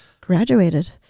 graduated